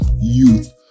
youth